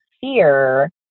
fear